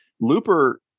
Looper